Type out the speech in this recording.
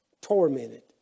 tormented